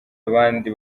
abandi